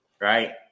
right